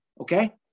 Okay